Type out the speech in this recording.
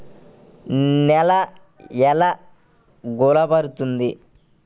నేల ఎలా గుల్లబారుతుంది?